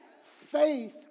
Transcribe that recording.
Faith